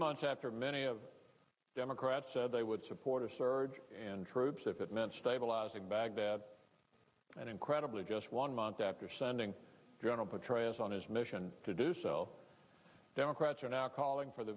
months after many of democrats said they would support a surge in troops if it meant stabilizing baghdad and incredibly just one month after sending general petraeus on his mission to do so democrats are now calling for the